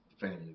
Family